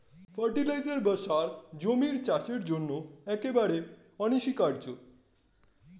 fertiliser বা সার জমির চাষের জন্য একেবারে অনস্বীকার্য